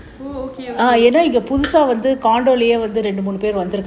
oh okay okay